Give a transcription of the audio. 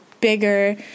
bigger